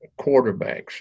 quarterbacks